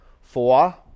four